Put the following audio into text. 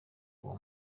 uwo